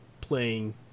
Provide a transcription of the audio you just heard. playing